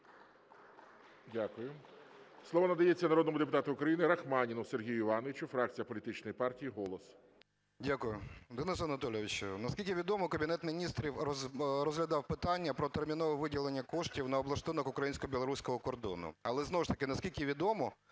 Дякую. Слово надається народному депутату України Рахманіну Сергію Івановичу, фракція політичної партії "Голос". 10:25:48 РАХМАНІН С.І. Дякую. Денисе Анатолійовичу, наскільки відомо, Кабінет Міністрів розглядав питання про термінове виділення коштів на облаштунок українсько-білоруського кордону. Але знову ж таки, наскільки відомо,